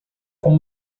com